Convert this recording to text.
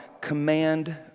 command